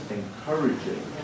encouraging